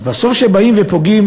אז בסוף, כשבאים ופוגעים